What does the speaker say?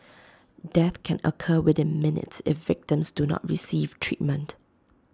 death can occur within minutes if victims do not receive treatment